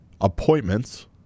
appointments